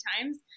times